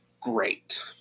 great